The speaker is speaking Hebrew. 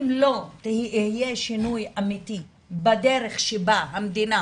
אם לא יהיה שינוי אמתי בדרך שבה המדינה